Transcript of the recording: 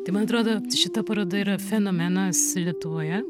tai man atrodo šita paroda yra fenomenas lietuvoje